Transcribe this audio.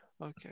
Okay